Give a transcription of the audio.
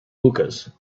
hookahs